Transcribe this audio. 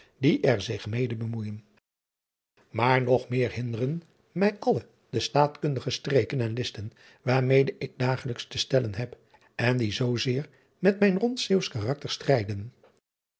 die er zich mede bemoeijen aar nog meer hinderen mij alle de taatkundige streken en listen waarmede ik dagelijks te stellen heb en die zoo zeer met mijn rond eeuwsch karakter strijden